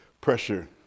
pressure